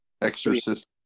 Exorcist